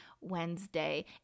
wednesday